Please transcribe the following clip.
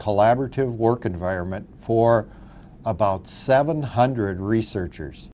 collaborative work environment for about seven hundred researchers